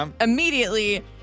immediately